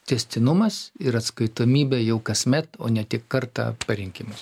tęstinumas ir atskaitomybė jau kasmet o ne tik kartą parinkimas